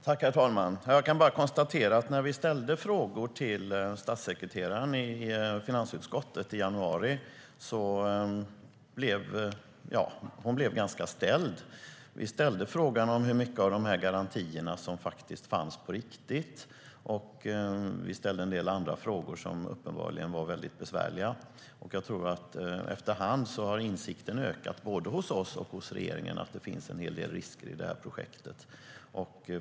Herr talman! Jag kan bara konstatera att när vi ställde frågor till statssekreteraren i finansutskottet i januari blev hon ganska ställd. Vi ställde frågan om hur mycket av dessa garantier som faktiskt fanns på riktigt, och vi ställde en del andra frågor som uppenbarligen var mycket besvärliga. Efter hand har insikten ökat, både hos oss och hos regeringen, om att det finns en hel del risker i detta projekt.